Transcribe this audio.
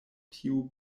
tiu